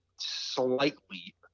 slightly